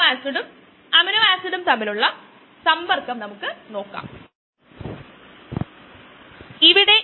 വാസ്തവത്തിൽ നമുക്ക് ഒരു പ്രശ്നം പരിഹരിക്കാം അതുവഴി നമുക്ക് അത് മനസിലാക്കാൻ കഴിയും